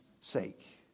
sake